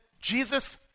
Jesus